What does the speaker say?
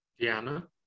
Diana